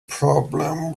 problem